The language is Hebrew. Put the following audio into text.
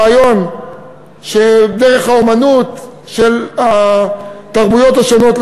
הרעיון לקרב דרך האמנות של התרבויות השונות.